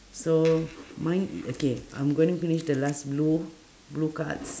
so mine i~ okay I'm gonna finish the last blue blue cards